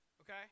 okay